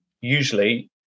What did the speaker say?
Usually